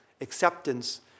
acceptance